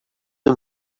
him